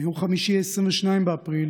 ביום חמישי, 22 באפריל,